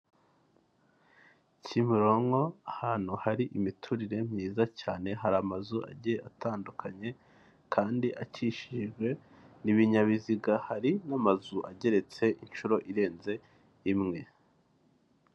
Kimironko ahantu hari imiturire myiza cyane, hari amazu agiye atandukanye kandi akikijwe n'ibinyabiziga hari n'amazu ageretse inshuro irenze imwe.